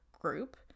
group